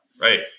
Right